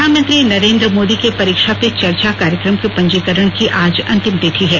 प्रधानमंत्री नरेंद्र मोदी के परीक्षा पे चर्चा कार्यक्रम के पंजीकरण की आज अंतिम तिथि है